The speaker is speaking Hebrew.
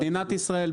מדינת ישראל,